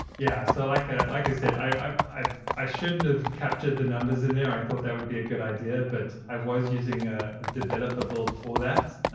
yeah, so like ah like i said, i i shouldn't have captured the numbers in there. i thought that would be a good idea. but i was using a developer build for that.